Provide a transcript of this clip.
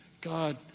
God